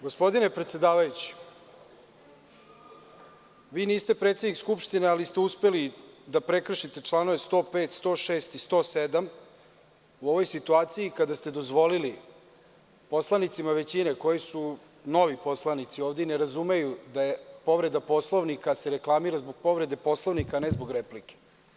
Gospodine predsedavajući, vi niste predsednik Skupštine, ali ste uspeli da prekršite članove 105, 106. i 107. u ovoj situaciji kada ste dozvolili poslanicima većine koji su novi poslanici i ne razumeju da se povreda Poslovnika reklamira zbog povrede Poslovnika, a ne zbog replike.